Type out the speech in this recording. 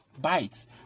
bites